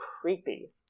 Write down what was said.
creepy